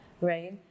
Right